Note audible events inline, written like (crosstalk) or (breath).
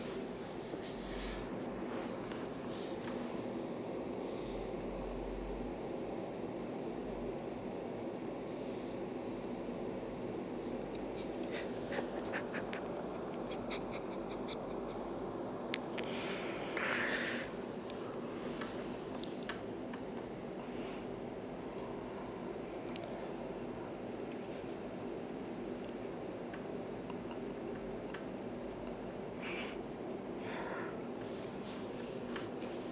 (breath) (laughs) (breath) (laughs)